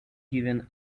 given